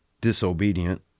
disobedient